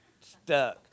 stuck